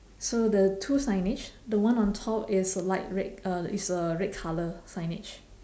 so the two signage the one on top is light red uh is a red colour signage